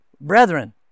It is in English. Brethren